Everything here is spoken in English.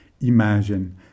Imagine